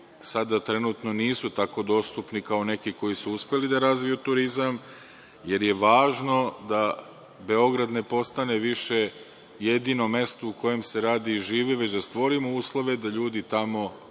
sada trenutno nisu tako dostupni kao neki koji su uspeli da razviju turizam, jer je važno da Beograd ne postane više jedino mesto u kojem se radi i živi, već da stvorimo uslove da ljudi tamo